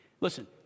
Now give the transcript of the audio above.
Listen